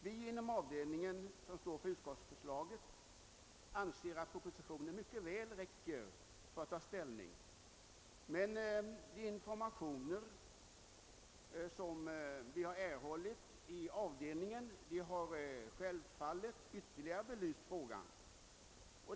Vi inom avdelningen som står för utskottsförslaget anser att propositionen mycket väl räcker som underlag för ett ställningstagande, men de informationer som vi har erhållit i avdelningen har självfallet ytterligare belyst förslaget.